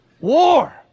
War